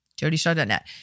Jodyshaw.net